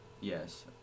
Yes